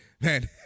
Man